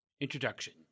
Introduction